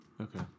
Okay